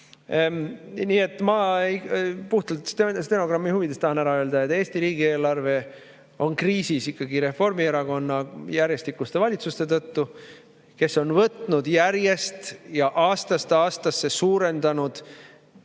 et ma puhtalt stenogrammi huvides tahan ära öelda, et Eesti riigi eelarve on kriisis ikkagi Reformierakonna järjestikuste valitsuste tõttu, kes on järjest, aastast aastasse suurendanud